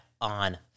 on